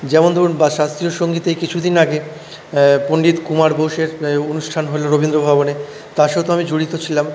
যেমন ধরুন বা শাস্ত্রীয় সঙ্গীতে কিছুদিন আগে পণ্ডিত কুমার বোসের অনুষ্ঠান হল রবীন্দ্র ভবনে তার সাথেও আমি জড়িত ছিলাম